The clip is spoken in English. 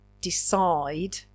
decide